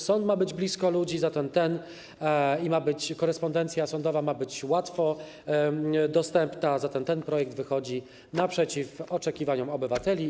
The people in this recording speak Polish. Sąd ma być blisko ludzi i korespondencja sądowa ma być łatwo dostępna, zatem ten projekt wychodzi naprzeciw oczekiwaniom obywateli.